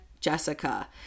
Jessica